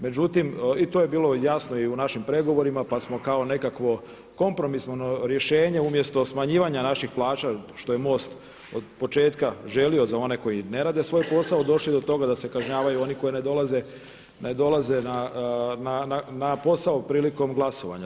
Međutim i to je bilo jasno i u našim pregovorima, pa smo kao nekakvo kompromisno rješenje umjesto smanjivanja naših plaća što je MOST od početka želio za one koji ne rade svoj posao došli do toga da se kažnjavaju oni koji ne dolaze na posao prilikom glasovanja.